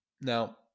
Now